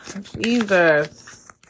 Jesus